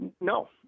No